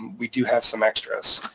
we do have some extras.